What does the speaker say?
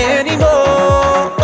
anymore